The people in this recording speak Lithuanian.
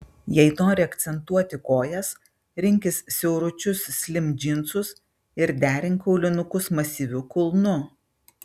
jei nori akcentuoti kojas rinkis siauručius slim džinsus ir derink aulinukus masyviu kulnu